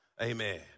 Amen